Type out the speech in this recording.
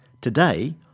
Today